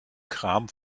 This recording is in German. kram